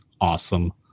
awesome